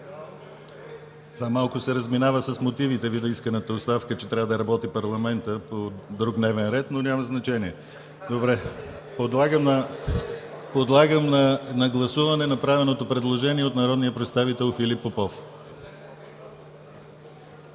Това малко се разминава с мотивите Ви в исканата оставка, че трябва парламентът да работи по друг дневен ред, но няма значение. Подлагам на гласуване направеното предложение от народния представител Филип Попов.